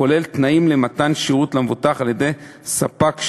הכולל תנאים למתן שירות למבוטח על-ידי ספק שירות,